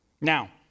Now